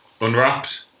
unwrapped